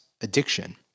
addiction